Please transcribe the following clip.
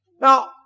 Now